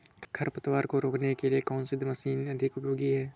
खरपतवार को रोकने के लिए कौन सी मशीन अधिक उपयोगी है?